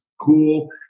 cool